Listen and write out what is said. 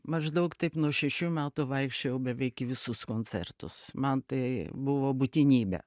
maždaug taip nuo šešių metų vaikščiojau beveik į visus koncertus man tai buvo būtinybė